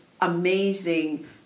amazing